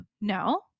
No